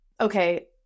okay